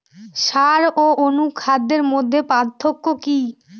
সার ও অনুখাদ্যের মধ্যে পার্থক্য কি?